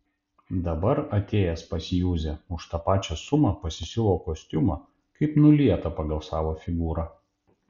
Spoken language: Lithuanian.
dabar atėjęs pas juzę už tą pačią sumą pasisiuvo kostiumą kaip nulietą pagal savo figūrą